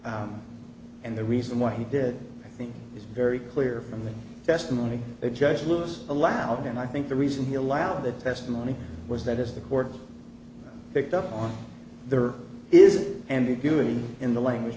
a and the reason why he did i think is very clear from the testimony that judge lewis allowed and i think the reason he allowed that testimony was that is the court picked up on there is ambiguity in the language